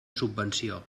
subvenció